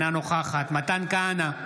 אינה נוכחת מתן כהנא,